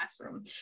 classroom